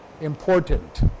important